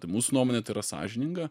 tai mūsų nuomone tai yra sąžininga